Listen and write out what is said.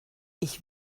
ich